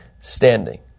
standing